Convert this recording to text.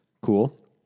Cool